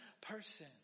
person